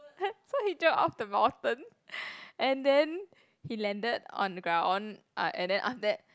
so he jump off the mountain and then he landed on the ground uh and then after that